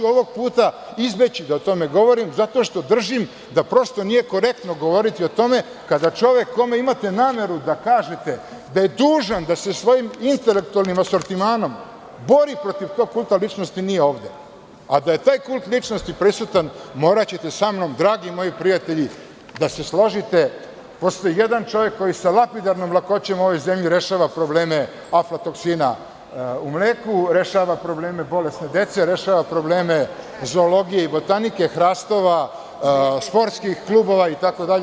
Ovog puta ću izbeći da o tome govorim zato što držim da prosto nije korektno govoriti o tome kada čovek kome imate nameru da kažete da je dužan da sa svojim intelektualnim asortimanom bori protiv tog kulta ličnosti, nije ovde, a da je taj kult ličnosti prisutan, moraćete samnom, dragi moji prijatelji, da se složite, postoji jedan čovek koji sa lakvidarnom lakoćom u ovoj zemlji rešava probleme aflatoksina u mleku, rešava probleme bolesne dece, rešava probleme zoologije i botanike, hrastova, sportskih klubova itd.